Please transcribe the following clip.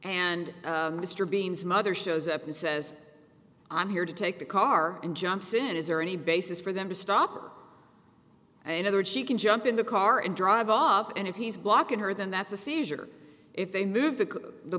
and mr beings mother shows up and says i'm here to take the car and jumps in is there any basis for them to stop or another she can jump in the car and drive off and if he's blocking her then that's a seizure if they move the